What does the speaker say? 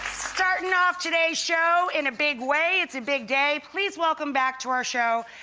starting off today's show in a big way. it's a big day. please welcome back to our show,